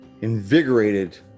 invigorated